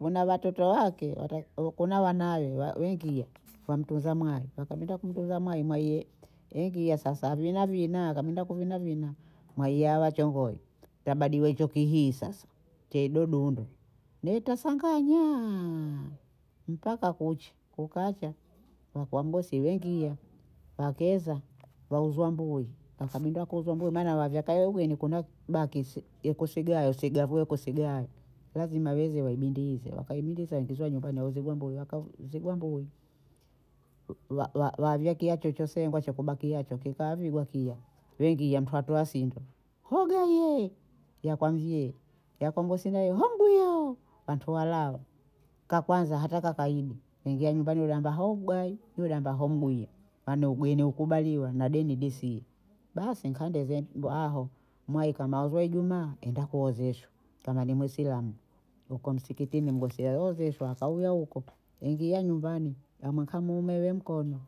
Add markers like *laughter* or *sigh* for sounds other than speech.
Una Watoto wake *hesitation* wataki kuna wanaye *hesitation* wa- wengiya kwa mtunza mwayi, wakabinda kumtunza mwayi, mwayi ye ingia sasa vina vina, kabinda kuvinavina mwaiya wa chongoyi, tabadi we hicho kihii sasa cha hido dundo, naita *hesitation* sanganyaaa mpaka kuche, kukicha wakwa mgosi wengia wakeza wauzwa mbuyi, wakabinda kuuzwa mbuyi maana wa vyaa ka ya ugeni kuna bakisi ya kusiga usagavue kusigaye lazima weze waibindike, wakaibindika wengizwa nyumbani wazigua mbuya waka zigwa mbuyi *hesitation* wa- wa- wavyakia chochose ambacho kibakiacho kikahavigwa kiya wengia mtoatoa sinto hogaiye ya kwa mvyee, ya kwa mgosi nayo hambuya wantu walala kakwanza hata kakayidi waingia nyumbani wamba haomgayi niyowamba haumgwiyo maana ugeni hukubaliwa na deni disi, basi nkande *hesitation* zetu aho mwayi kama vo ijumaa enda kuozeshwa kama ni muislamu huko msikitini mgosi aozeshwa, akawiya huko invya nyumbani hamwe kamuumewe nkono,